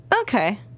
Okay